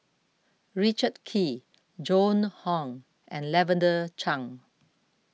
Richard Kee Joan Hon and Lavender Chang